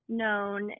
known